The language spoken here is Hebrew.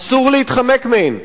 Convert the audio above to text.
אסור להתחמק מהן.